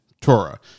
Torah